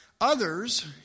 others